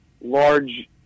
large